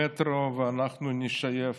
המטרו, ואנחנו נשייף